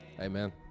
Amen